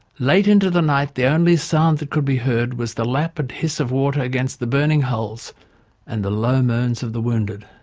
late into the night the only sound that could be heard was the lap and hiss of water against the burning hulls and the low moans of the wounded